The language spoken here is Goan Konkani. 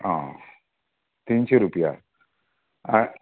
आं तिनशीं रुपया हाय